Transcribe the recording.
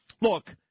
look